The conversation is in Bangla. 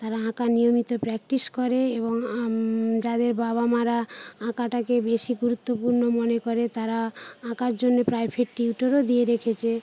তারা আঁকা নিয়মিত প্র্যাকটিস করে এবং যাদের বাবা মারা আঁকাটাকে বেশি গুরুত্বপূর্ণ মনে করে তারা আঁকার জন্যে প্রাইভেট টিউটরও দিয়ে রেখেছে